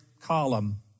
column